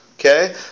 Okay